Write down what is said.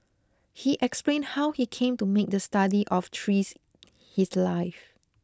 he explain how he came to make the study of trees his life